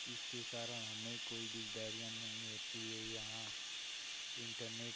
इसके कारण हमें कोई दिकदारियाँ नहीं होती है यहाँ इंटरनेट